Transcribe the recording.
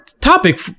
topic